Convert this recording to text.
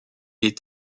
est